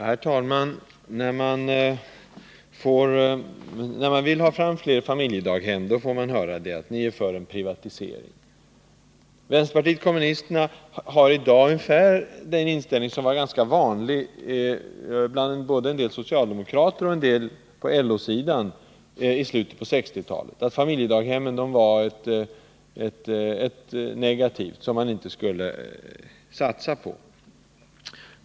Herr talman! När man arbetar för fler familjedaghem får man ibland höra ”ni är för en privatisering”. Vänsterpartiet kommunisterna har i dag ungefär den inställning som var ganska vanlig både bland en del socialdemokrater och en del inom LO i slutet av 1960-talet; familjedaghemmen var någonting negativt som man inte skulle satsa på.